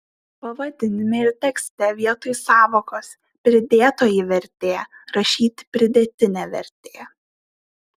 pavadinime ir tekste vietoj sąvokos pridėtoji vertė rašyti pridėtinė vertė